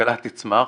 ושהכלכלה תצמח.